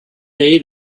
day